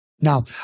Now